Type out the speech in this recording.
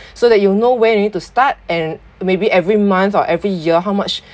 so that you'll know when you need to start and maybe every month or every year how much